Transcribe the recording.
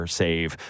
save